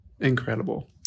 Incredible